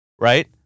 Right